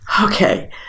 okay